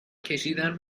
کشیدن